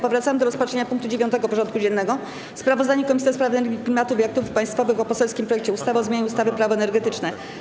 Powracamy do rozpatrzenia punktu 9. porządku dziennego: Sprawozdanie Komisji do Spraw Energii, Klimatu i Aktywów Państwowych o poselskim projekcie ustawy o zmianie ustawy - Prawo energetyczne.